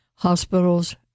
Hospitals